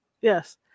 Yes